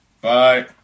Bye